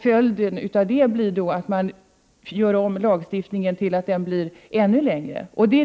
Följden av det blir då att man gör om lagstiftningen till att omfatta en ännu längre period.